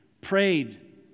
prayed